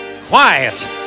Quiet